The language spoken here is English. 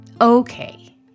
Okay